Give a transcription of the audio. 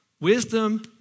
Wisdom